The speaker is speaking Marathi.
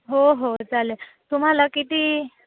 हो हो चालेल तुम्हाला किती